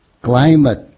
climate